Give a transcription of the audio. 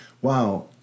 wow